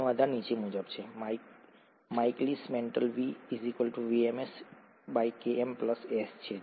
તેનો આધાર નીચે મુજબ છે Michaelis Menten V VMS Km S છે